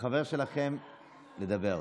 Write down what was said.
לחבר שלכם לדבר.